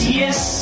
yes